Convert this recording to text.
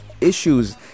issues